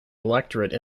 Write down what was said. electorate